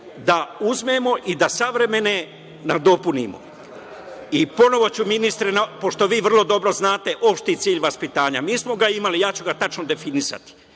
da uzmemo i savremene nadopunimo. Ponovo ću, ministre, pošto vi vrlo dobro znate opšti cilj vaspitanja, mi smo ga imali, ja ću ga tačno definisati,